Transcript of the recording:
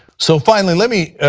so finally, let me